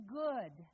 good